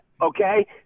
okay